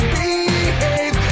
behave